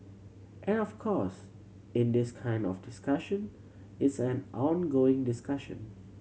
and of course in this kind of discussion it's an ongoing discussion